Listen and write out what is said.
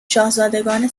شاهزادگان